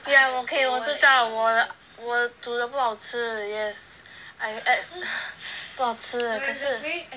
yeah okay 我知道我的我的煮的不好吃 yes I ad~ 不好吃可是